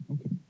Okay